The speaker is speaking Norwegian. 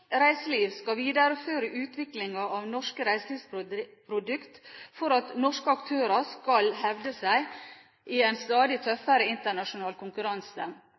reiseliv skal videreføre utviklingen av norske reiselivsprodukter for at norske aktører skal hevde seg i en stadig tøffere internasjonal